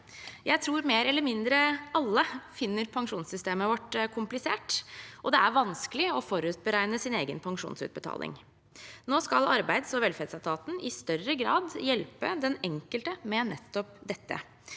Jeg tror mer eller min dre alle finner pensjonssystemet vårt komplisert, og det er vanskelig å forutberegne sin egen pensjonsutbetaling. Nå skal arbeids og velferdsetaten i større grad hjelpe den enkelte med nettopp dette.